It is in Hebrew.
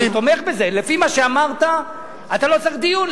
לפי מה שאמרת אתה לא צריך דיון,